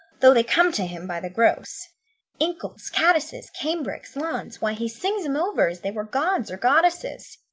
though they come to him by the gross inkles, caddisses, cambrics, lawns why he sings em over as they were gods or goddesses